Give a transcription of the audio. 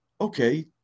okay